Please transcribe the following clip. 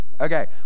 Okay